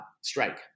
strike